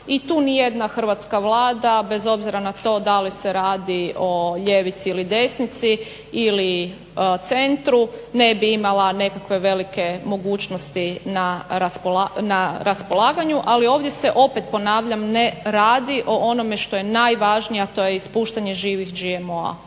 i tu nijedna hrvatska Vlada, bez obzira na to da li se radi o ljevici ili desnici ili centru, ne bi imala nekakve velike mogućnosti na raspolaganju ali ovdje se, opet ponavljam, ne radi o onome što je najvažnije a to je ispuštanje živih GMO-a